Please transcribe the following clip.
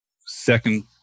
second